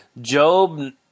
Job